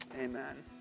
Amen